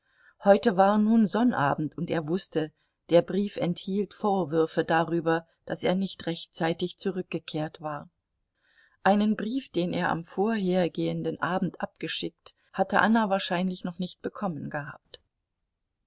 heute war nun sonnabend und er wußte der brief enthielt vorwürfe darüber daß er nicht rechtzeitig zurückgekehrt war einen brief den er am vorhergehenden abend abgeschickt hatte anna wahrscheinlich noch nicht bekommen gehabt